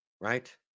Right